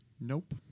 nope